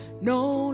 no